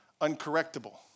uncorrectable